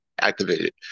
activated